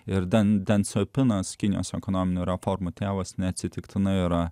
ir tendencija pinasi kinijos ekonominių reformų tėvas neatsitiktinai yra